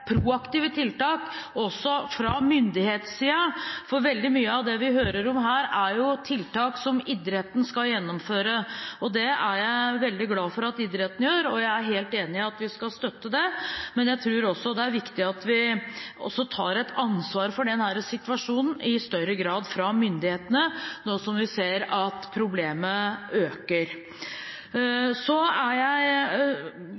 proaktive tiltak også fra myndighetssiden, for veldig mye av det vi hører om her, er jo tiltak som idretten skal gjennomføre. Og det er jeg veldig glad for at idretten gjør, og jeg er helt enig i at vi skal støtte det, men jeg tror det er viktig at vi i større grad tar et ansvar for denne situasjonen også fra myndighetenes side, nå som vi ser at problemet øker.